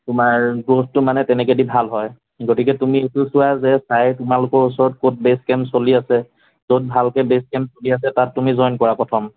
তোমাৰ গ্ৰঠটো মানে তেনেকৈ দি ভাল হয় গতিকে তুমি এইটো চোৱা যে চাইৰ তোমালোকৰ ওচৰত ক'ত বেচ কেম্প চলি আছে য'ত ভালকৈ বেচ কেম্প চলি আছে তাত তুমি জইন কৰা প্ৰথম